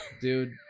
Dude